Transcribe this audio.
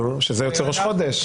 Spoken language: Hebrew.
נכון, וזה יוצא ראש חודש.